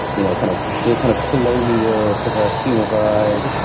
you know kind of there's a kind of colonial perverse humor vibe